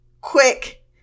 quick